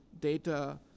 data